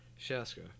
Shaska